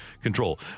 control